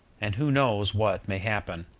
and who knows what may happen?